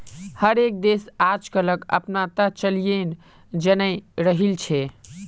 हर एक देश आजकलक अपनाता चलयें जन्य रहिल छे